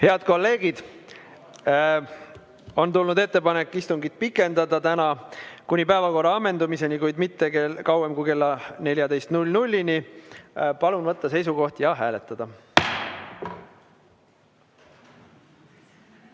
Head kolleegid, on tulnud ettepanek istungit pikendada täna kuni päevakorra ammendumiseni, kuid mitte kauem kui kella 14‑ni. Palun võtta seisukoht ja hääletada!